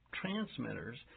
transmitters